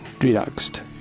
relaxed